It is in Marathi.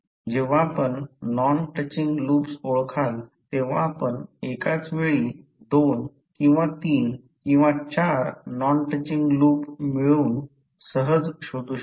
जेव्हा आपण नॉन टचिंग लूप्स ओळखाल तेव्हा आपण एकाच वेळी दोन किंवा तीन किंवा चार नॉन टचिंग लूप मिळवून सहज शोधू शकतो